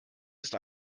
ist